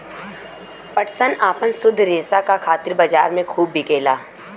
पटसन आपन शुद्ध रेसा क खातिर बजार में खूब बिकेला